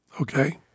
Okay